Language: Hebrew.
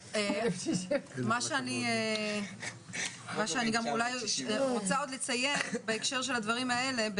מה שאני גם אולי רוצה עוד לציין בהקשר של הדברים האלה,